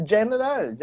General